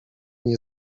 nie